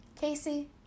casey